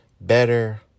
better